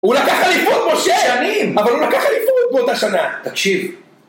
הוא לקח אליפות משה שנים, אבל הוא לקח אליפות מאותה שנה, תקשיב.